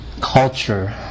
culture